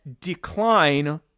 decline